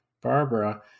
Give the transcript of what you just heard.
Barbara